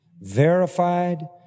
verified